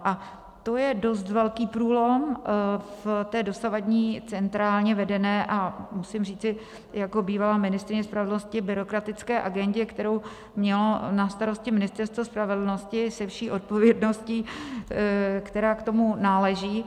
A to je dost velký průlom v dosavadní centrálně vedené a musím říci jako bývalá ministryně spravedlnosti byrokratické agendě, kterou mělo na starosti Ministerstvo spravedlnosti se vší odpovědností, která k tomu náleží.